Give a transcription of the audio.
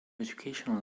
educational